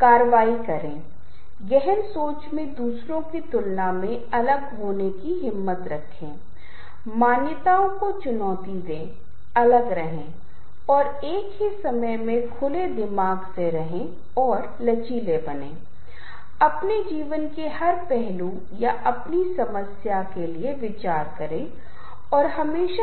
तो आप पाएंगे कि बहुत सारे संगीत मान लें कि वाद्ययंत्र एक साथ बज रहे हैं या वे आपस में बातचीत कर रहे हैं और ये अन्य आयाम हैं संगीत का जहाँ आप देखते हैं कि समाजीकरण की पूरी प्रक्रिया को इस विशेष प्रकार की रणनीति के माध्यम से समय की एक विशेष अवधि में दोनों के साथ साथ एकरूपता के साथ साथ समय के साथ साथ अनुक्रम के संदर्भ में विशिष्ट क्षणों में विसंगति के रूप में प्रस्तुत किया गया था जहाँ दूसरे के प्रति प्रतिक्रिया करता है